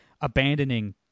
abandoning